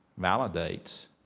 validates